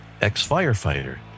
ex-firefighter